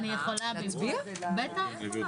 הישיבה